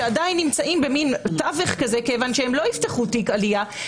שעדיין נמצאים בתווך מכיוון שהם לא יפתחו תיק עלייה,